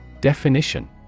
Definition